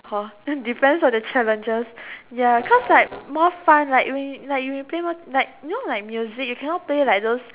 hor then depends on the challenges ya cause like more fun like when you like when you play more like you know like music you cannot play like those